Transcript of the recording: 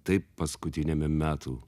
taip paskutiniame metų